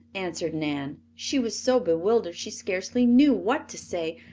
answered nan. she was so bewildered she scarcely knew what to say.